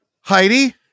Heidi